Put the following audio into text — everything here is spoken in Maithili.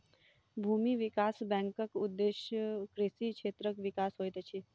भूमि विकास बैंकक उदेश्य कृषि क्षेत्रक विकास होइत अछि